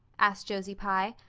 asked josie pye.